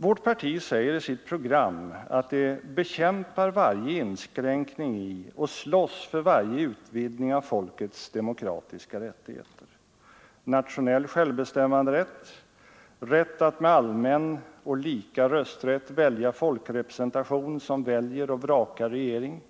Vårt parti säger i sitt program att det ”bekämpar varje inskränkning i och slåss för varje utvidgning av folkets demokratiska rättigheter: nationell självbestäm manderätt; rätt att med allmän och lika rösträtt välja folkrepresentation, som väljer och vrakar regering;